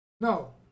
No